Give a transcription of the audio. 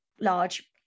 large